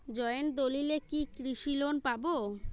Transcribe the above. Joint দলিলে কি কৃষি লোন পাব?